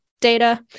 data